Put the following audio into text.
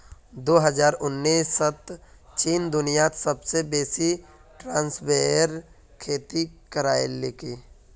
दो हजार उन्नीसत चीन दुनियात सबसे बेसी स्ट्रॉबेरीर खेती करयालकी